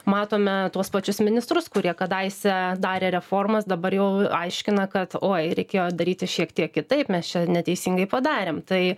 matome tuos pačius ministrus kurie kadaise darė reformas dabar jau aiškina kad oi reikėjo daryti šiek tiek kitaip mes čia neteisingai padarėm tai